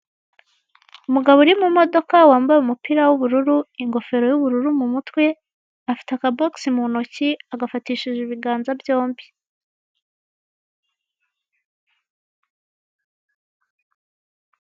Umugabo uri mu modoka, wambaye umupira w'ubururu, ingofero y'ubururu mu mutwe, afite akabokisi mu ntoki, agafatishije ibiganza byombi.